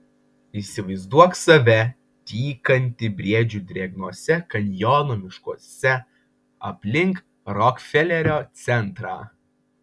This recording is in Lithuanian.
įsivaizduok save tykantį briedžių drėgnuose kanjono miškuose aplink rokfelerio centrą